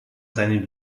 seinen